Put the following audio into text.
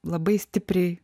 labai stipriai